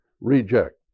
reject